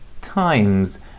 times